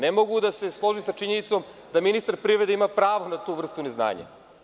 Ne mogu da se složim sa činjenicom da ministar privrede ima pravo na tu vrstu neznanja.